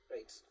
Right